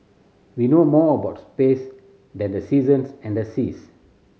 we know more about space than the seasons and the seas